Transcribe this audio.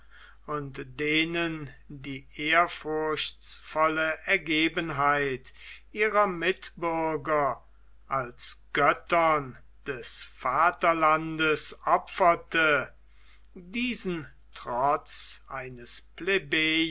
und denen die ehrfurchtsvolle ergebenheit ihrer mitbürger als göttern des vaterlandes opferte diesen trotz eines